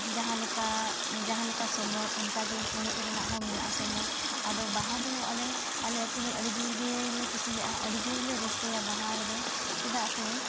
ᱡᱟᱦᱟᱸᱞᱮᱠᱟ ᱡᱟᱦᱟᱸᱞᱮᱠᱟ ᱥᱚᱢᱚᱭ ᱚᱱᱠᱟᱜᱮ ᱮᱱᱮᱡ ᱨᱮᱱᱟᱜ ᱦᱚᱸ ᱢᱮᱱᱟᱜᱼᱟ ᱥᱚᱢᱚᱭ ᱟᱫᱚ ᱵᱟᱦᱟᱫᱚ ᱟᱞᱮ ᱟᱞᱮ ᱟᱹᱛᱩ ᱦᱚᱲ ᱟᱹᱰᱤ ᱡᱳᱨᱜᱮᱞᱮ ᱠᱩᱥᱤᱭᱟᱜᱼᱟ ᱟᱹᱰᱤ ᱡᱳᱨᱞᱮ ᱨᱟᱹᱥᱠᱟᱹᱭᱟ ᱵᱟᱦᱟ ᱨᱮᱫᱚ ᱪᱮᱫᱟᱜ ᱥᱮ